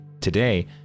Today